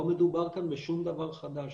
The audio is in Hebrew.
לא מדובר כאן בשום דבר חדש,